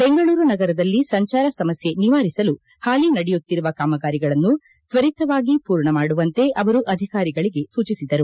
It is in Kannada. ಬೆಂಗಳೂರು ನಗರದಲ್ಲಿ ಸಂಚಾರ ಸಮಸ್ಕೆ ನಿವಾರಿಸಲು ಪಾಲಿ ನಡೆಯುತ್ತಿರುವ ಕಾಮಗಾರಿಗಳನ್ನು ತ್ವರಿತವಾಗಿ ಮೂರ್ಣ ಮಾಡುವಂತೆ ಅವರು ಅಧಿಕಾರಿಗಳಿಗೆ ಸೂಚಿಸಿದರು